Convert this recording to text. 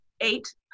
eight